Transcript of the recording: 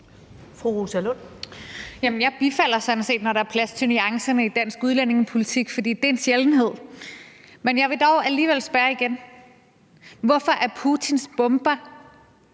jeg bifalder sådan set, når der er plads til nuancerne i dansk udlændingepolitik, for det er en sjældenhed. Men jeg vil dog alligevel spørge igen: Hvorfor er Putins bomber